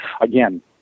again